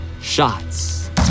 shots